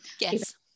Yes